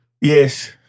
Yes